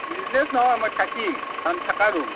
business নহয় মই থাকিম থকা ৰূম